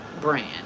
brand